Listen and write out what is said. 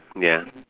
ya